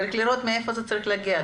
צריך לראות מאיפה זה צריך להגיע,